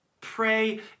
pray